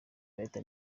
leta